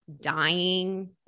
dying